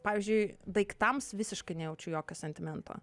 pavyzdžiui daiktams visiškai nejaučiu jokio sentimento